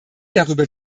darüber